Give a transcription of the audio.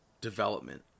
development